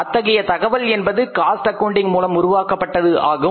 அத்தகைய தகவல் என்பது காஸ்ட் அக்கவுன்டிங் மூலம் உருவாக்கப்பட்டது ஆகும்